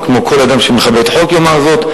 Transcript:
וכמו כל אדם שמכבד חוק יאמר זאת,